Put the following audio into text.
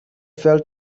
fell